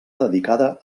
dedicada